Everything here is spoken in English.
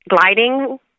gliding –